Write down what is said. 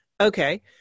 Okay